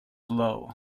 low